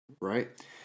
right